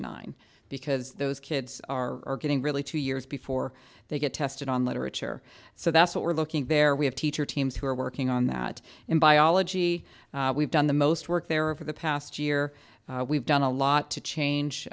nine because those kids are getting really two years before they get tested on literature so that's what we're looking at there we have teacher teams who are working on that in biology we've done the most work there over the past year we've done a lot to change